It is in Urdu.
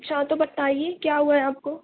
اچھا تو بتائیے کیا ہوا ہے آپ کو